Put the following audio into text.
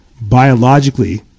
biologically